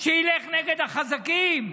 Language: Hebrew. שילך נגד החזקים.